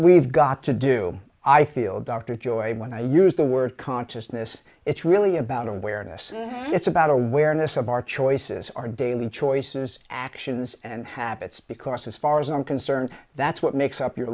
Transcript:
we've got to do i feel dr joy when i use the word consciousness it's really about awareness it's about awareness of our choices our daily choices actions and habits because as far as i'm concerned that's what makes up your